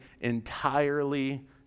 entirely